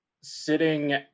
sitting